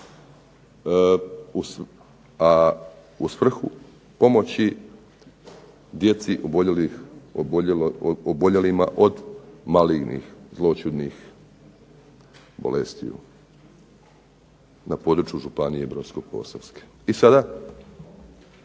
a u svrhu pomoći djeci oboljelima od malignih, zloćudnih bolesti na području županije Brodsko-posavske. I sada